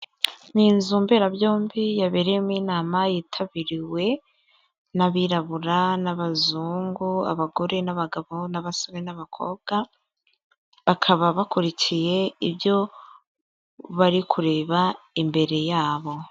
Ni inzu mberabyombi yabereyemo inama yitabiriwe n'abirabura n'abazungu, abagore n'abagabo n'abasore n'abakobwa, bakaba bakurikiye ibyo bari kureba imbere yabo.